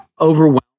overwhelmed